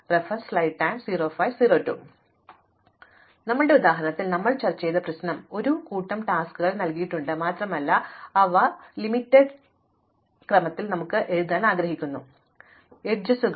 അതിനാൽ ഞങ്ങളുടെ ഉദാഹരണത്തിൽ ഞങ്ങൾ ചർച്ച ചെയ്ത പ്രശ്നം ഞങ്ങൾ ഒരു കൂട്ടം ജോലികൾ നൽകിയിട്ടുണ്ട് മാത്രമല്ല അവ പരിമിതികളുമായി ബന്ധപ്പെട്ട് ഒരു ക്രമത്തിൽ എഴുതാൻ ഞങ്ങൾ ആഗ്രഹിക്കുന്നു പരിമിതികൾ മറ്റൊന്നുമല്ല അരികുകൾ